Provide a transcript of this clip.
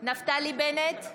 נפתלי בנט,